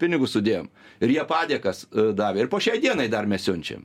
pinigus sudėjom ir jie padėkas davė ir po šiai dienai dar mes siunčiam